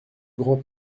grand